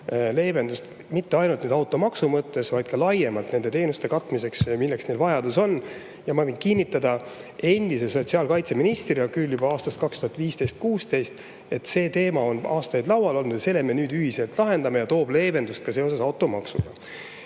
leevendust mitte ainult automaksu mõttes, vaid laiemalt nende teenuste katmiseks, mille järele neil vajadus on. Ma võin kinnitada endise sotsiaalkaitseministrina, küll juba aastast 2015–2016, et see teema on aastaid laual olnud. Nüüd me selle ühiselt lahendame ja see toob leevendust ka seoses automaksuga.